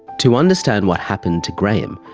to understand what happened to graham,